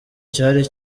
cyari